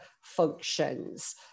functions